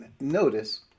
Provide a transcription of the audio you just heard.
notice